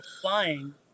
flying